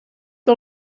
que